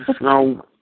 no